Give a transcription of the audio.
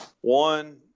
One